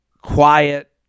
quiet